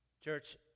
Church